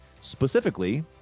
specifically